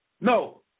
No